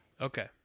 okay